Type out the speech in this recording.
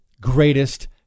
greatest